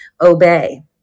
obey